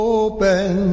open